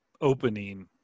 opening